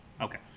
Okay